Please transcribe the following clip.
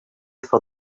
for